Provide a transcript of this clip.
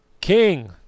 king